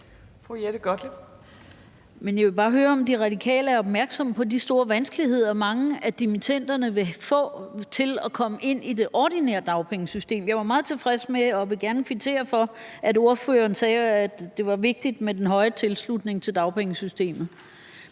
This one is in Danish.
jeg vil bare høre, om De Radikale er opmærksom på de store vanskeligheder, mange af dimittenderne vil få med at komme ind i det ordinære dagpengesystem. Jeg var meget tilfreds med og vil gerne kvittere for, at ordføreren sagde, at det var vigtigt med den høje tilslutning til dagpengesystemet,